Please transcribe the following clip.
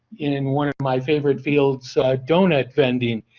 in one of my favorite fields doughnut wending.